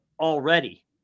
already